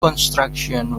construction